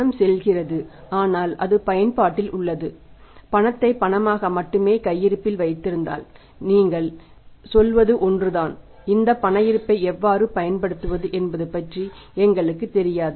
பணம் செல்கிறது என்றால் அது பயன்பாட்டில் உள்ளது பணத்தை பணமாக மட்டுமே கையிருப்பில் வைத்திருந்தால் நீங்கள் சொல்வது ஒன்றுதான் இந்த பணஇருப்பை எவ்வாறு பயன்படுத்துவது என்பது பற்றி எங்களுக்குத் தெரியாது